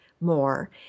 more